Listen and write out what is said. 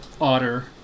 otter